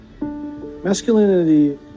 Masculinity